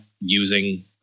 using